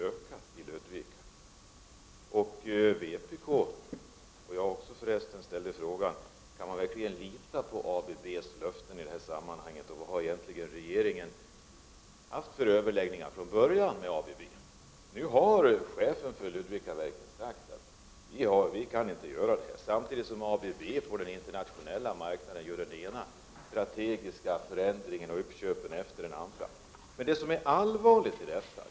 Jag och andra i vpk har ställt frågan: Kan man verkligen lita på ABB:s löften i detta sammanhang, och vad är det för överläggningar egentligen som regeringen från början hade med ABB? Nu har chefen för Ludvikaverken pekat på det omöjliga i detta sammanhang. Men samtidigt gör ABB på den internationella marknaden den ena strategiska förändringen efter den andra och det ena strategiska uppköpet efter det andra.